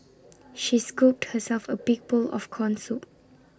she scooped herself A big bowl of Corn Soup